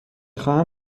خواهم